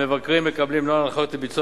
המבקרים מקבלים נוהל הנחיות לביצוע